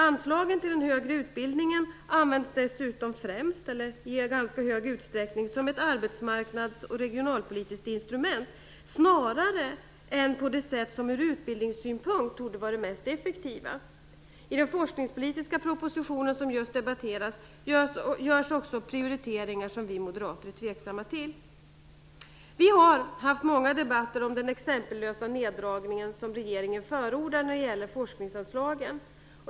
Anslaget till den högre utbildningen används dessutom främst, eller i ganska hög utsträckning i alla fall, som ett arbetsmarknadspolitiskt och regionalpolitiskt instrument snarare än på det sätt som ur utbildningssynpunkt torde vara det mest effektiva. I den forskningspolitiska propositionen som just debatterats görs också prioriteringar som vi moderater är tveksamma till. Vi har haft många debatter om den exempellösa neddragning regeringen förordar när det gäller forskningsanslagen.